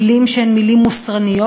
מילים שהן מילים מוסרניות,